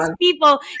people